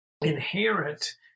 inherent